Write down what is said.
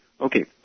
okay